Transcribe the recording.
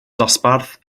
dosbarth